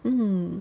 mm